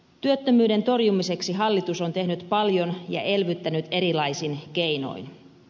työttömyyden torjumiseksi hallitus on tehnyt paljon ja elvyttänyt erilaisin keinoin